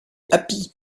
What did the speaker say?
happy